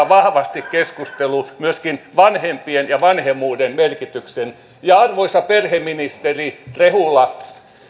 vahvasti keskusteluun myöskin vanhempien ja vanhemmuuden merkityksen ja arvoisa perheministeri rehula